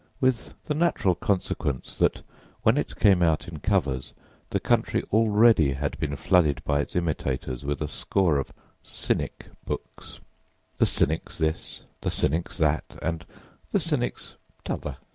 with the natural consequence that when it came out in covers the country already had been flooded by its imitators with a score of cynic books the cynic's this, the cynic's that, and the cynic's t'other.